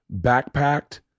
backpacked